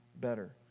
better